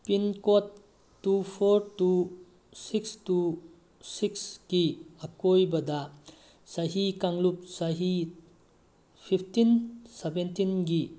pin code two four two six two ꯁꯤꯛꯁꯀꯤ ꯑꯀꯣꯏꯕꯗ ꯆꯍꯤ ꯀꯥꯡꯂꯨꯞ ꯆꯍꯤ ꯐꯤꯞꯇꯤꯟ ꯁꯕꯦꯟꯇꯤꯟꯒꯤ